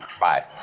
bye